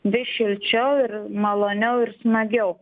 vis šilčiau ir maloniau ir smagiau